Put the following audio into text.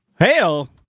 Hell